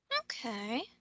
Okay